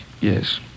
yes